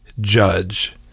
judge